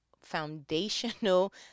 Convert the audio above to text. foundational